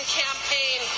campaign